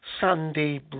sandy